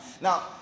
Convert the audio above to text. Now